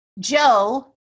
Joe